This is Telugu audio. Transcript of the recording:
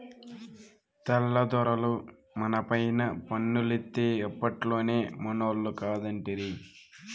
తెల్ల దొరలు మనపైన పన్నులేత్తే అప్పట్లోనే మనోళ్లు కాదంటిరి